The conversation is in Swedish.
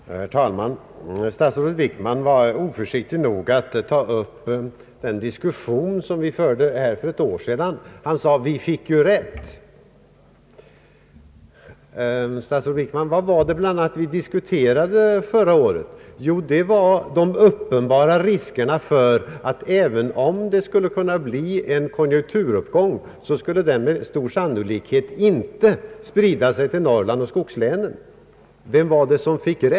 Herr talman! Statsrådet Wickman var oförsiktig nog att ta upp den diskussion vi förde för ett år sedan. Han sade: Vi fick ju rätt! Men vad diskuterade vi i fjol, statsrådet Wickman? Jo, bl.a. de uppenbara riskerna för att en konjunkturuppgång — om den kom — med stor sannolikhet inte skulle sprida sig till Norrland och skogslänen. Vem fick rätt, herr Wickman?